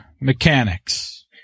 mechanics